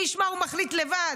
מי ישמע, הוא מחליט לבד.